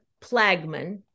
Plagman